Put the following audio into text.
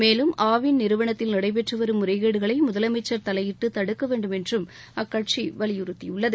மேலும் ஆவின் நிறுவனத்தில் நடைபெற்றுவரும் முறைகேடுகளை முதலமைச்சர் தலையிட்டு தடுக்க வேண்டும் என்றும் அக்கட்சி வலியுறுத்தியுள்ளது